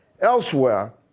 elsewhere